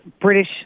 British